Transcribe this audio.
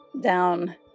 down